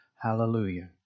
Hallelujah